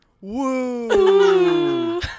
Woo